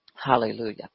Hallelujah